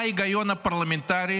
מה ההיגיון הפרלמנטרי